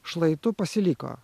šlaitu pasiliko